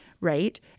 right